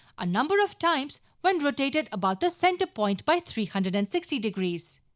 a number of times when rotated about the center point by three hundred and sixty degrees.